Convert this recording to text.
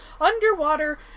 underwater